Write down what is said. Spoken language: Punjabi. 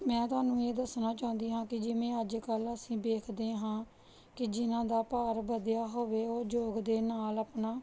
ਮੈਂ ਤੁਹਾਨੂੰ ਇਹ ਦੱਸਣਾ ਚਾਹੁੰਦੀ ਹਾਂ ਕਿ ਜਿਵੇਂ ਅੱਜ ਕੱਲ ਅਸੀਂ ਵੇਖਦੇ ਹਾਂ ਕਿ ਜਿਨ੍ਹਾਂ ਦਾ ਭਾਰ ਵਧਿਆ ਹੋਵੇ ਉਹ ਯੋਗ ਦੇ ਨਾਲ ਆਪਣਾ